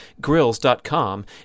grills.com